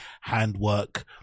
handwork